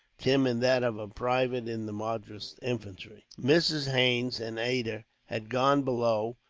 tim in that of a private in the madras infantry. mrs. haines and ada had gone below,